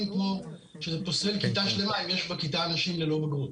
כמו שזה פוסל כיתה שלמה אם יש בכיתה אנשים ללא בגרות.